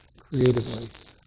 creatively